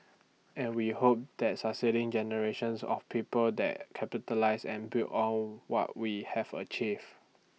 and we hope that succeeding generations of people that capitalise and build on what we have achieved